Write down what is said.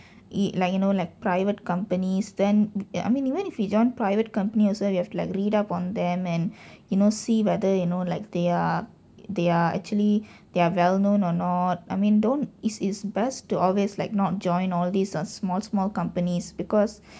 e~ like you know like private companies then ya I mean even if we join private company also we have to like read up on them and you know see whether you know like they're they're actually they're well known or not I mean don't it's it's best to always like not join all this ah small small companies because